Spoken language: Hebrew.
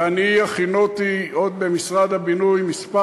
ואני הכינותי עוד במשרד הבינוי כמה